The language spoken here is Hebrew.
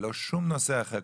ולא שום נושא אחר.